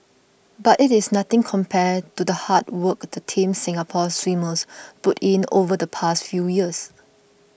but it is nothing compared to the hard work the Team Singapore swimmers put in over the past few years